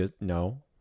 No